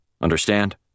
Understand